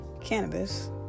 cannabis